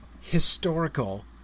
historical